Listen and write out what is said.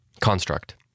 construct